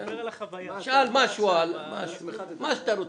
תשאל מה שאתה רוצה.